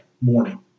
morning